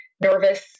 nervous